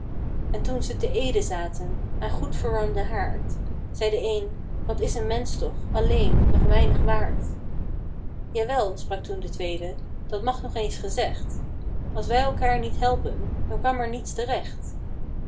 en toen ze te ede zaten aan goed verwarmden haard zeî de een wat is een mensch toch alleen nog weinig waard jawel sprak toen de tweede dat mag nog eens gezegd als wij elkaêr niet hielpen dan kwam er niets terecht